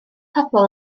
pobl